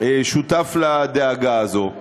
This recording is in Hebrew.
שותף לדאגה הזאת.